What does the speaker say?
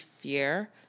fear